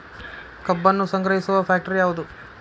ಕಬ್ಬನ್ನು ಸಂಗ್ರಹಿಸುವ ಫ್ಯಾಕ್ಟರಿ ಯಾವದು?